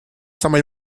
самой